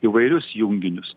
įvairius junginius